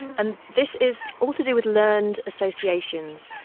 and this is all to do with learned associations.